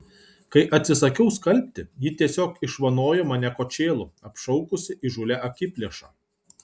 kai atsisakiau skalbti ji tiesiog išvanojo mane kočėlu apšaukusi įžūlia akiplėša